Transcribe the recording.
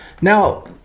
now